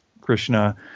Krishna